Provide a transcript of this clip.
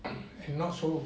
and not so